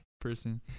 person